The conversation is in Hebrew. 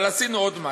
אבל עשינו עוד משהו.